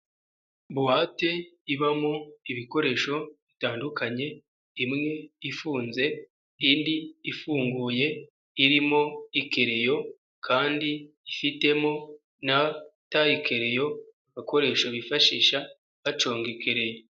Buwate ibamo ibikoresho bitandukanye, imwe ifunze indi ifunguye, irimo ikereyo kandi ifitemo na tayikeleyo agakoresho bifashisha baconga ikeleyo.